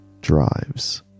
drives